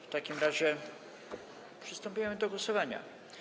W takim razie przystępujemy do głosowania.